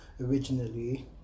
originally